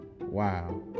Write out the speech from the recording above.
wow